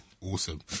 Awesome